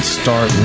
start